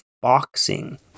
boxing